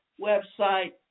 website